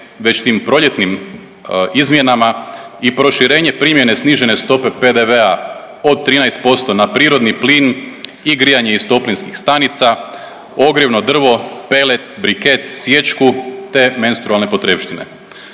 već tim proljetnim izmjenama i proširenje primjene snižene stope PDV-a od 13% na prirodni plin i grijanje iz toplinskih stanica, ogrjevno drvo, pelet, briket, sječku, te menstrualne potrepštine